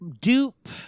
Dupe